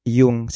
yung